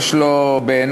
יש לו בעיני,